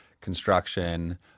construction